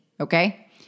Okay